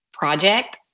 project